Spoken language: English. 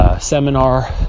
seminar